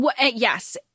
Yes